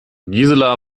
gisela